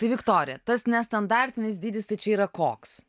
tai viktorija tas nestandartinis dydis tai čia yra koks